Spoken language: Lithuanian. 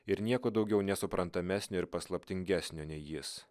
ir nieko daugiau nesuprantamesnio ir paslaptingesnio nei jis